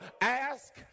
ask